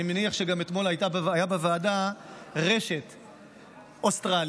אני מניח שאתמול הייתה בוועדה רשת אוסטרלית,